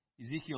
Ezekiel